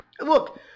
Look